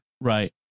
Right